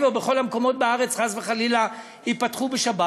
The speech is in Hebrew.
או בכל המקומות בארץ חס וחלילה ייפתחו בשבת?